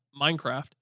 Minecraft